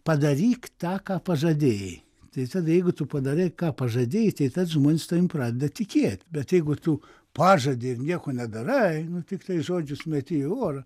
padaryk tą ką pažadėjai tai tada jeigu tu padarei ką pažadėjai tai tas žmogus tavimi pradeda tikėt bet jeigu tu pažadi ir nieko nedarai nu tiktais žodžius meti į orą